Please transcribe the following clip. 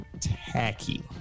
Tacky